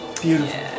Beautiful